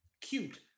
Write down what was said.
cute